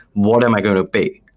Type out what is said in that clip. what am i going to pay?